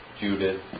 Judith